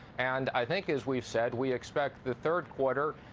and i think as we've said, we expect the third quarter,